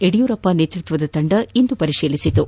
ಯುಡಿಯೂರಪ್ಪ ನೇತೃತ್ವದ ತಂದ ಇಂದು ಪರಿಶೀಲಿಸಿತು